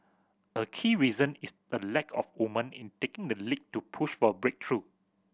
a key reason is the lack of woman in taking the lead to push for a breakthrough